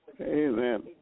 Amen